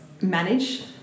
manage